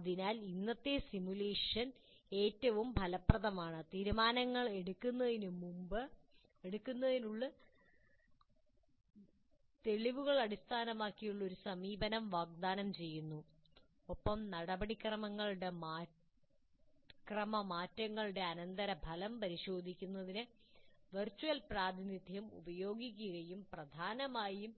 അതിനാൽ ഇന്നത്തെ സിമുലേഷൻ ഏറ്റവും ഫലപ്രദമാണ് തീരുമാനമെടുക്കുന്നതിന് തെളിവുകൾ അടിസ്ഥാനമാക്കിയുള്ള ഒരു സമീപനം വാഗ്ദാനം ചെയ്യുന്നു ഒപ്പം നടപടിക്രമ മാറ്റങ്ങളുടെ അനന്തരഫലം പരിശോധിക്കുന്നതിന് വെർച്വൽ പ്രാതിനിധ്യം ഉപയോഗിക്കുകയും പ്രധാനമായും